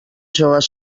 joves